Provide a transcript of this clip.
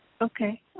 Okay